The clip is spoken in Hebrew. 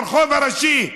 ברחוב הראשי,